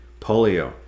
Polio